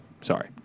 Sorry